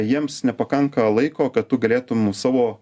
jiems nepakanka laiko kad tu galėtum savo